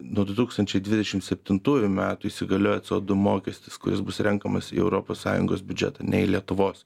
nuo du tūkstančiai dvidešimt septintųjų metų įsigalioja sodų mokestis kuris bus renkamas į europos sąjungos biudžetą ne į lietuvos